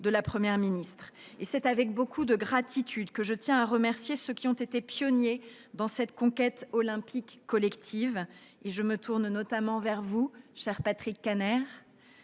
de la Première ministre. Avec beaucoup de gratitude, je tiens à remercier ceux qui ont été les pionniers de cette conquête olympique collective. Je me tourne notamment vers vous, cher Patrick Kanner,